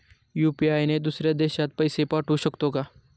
UPI ने दुसऱ्या देशात पैसे पाठवू शकतो का?